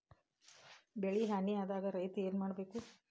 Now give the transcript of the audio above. ಬೆಳಿ ಹಾನಿ ಆದಾಗ ರೈತ್ರ ಏನ್ ಮಾಡ್ಬೇಕ್?